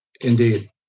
Indeed